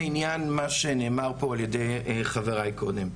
לעניין מה שנאמר פה על-ידי חבריי קודם.